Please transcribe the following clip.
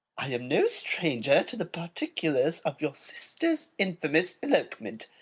i am no stranger to the particulars of your sister's infamous elopement.